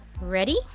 ready